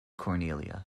cornelia